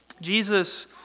Jesus